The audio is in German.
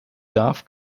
darf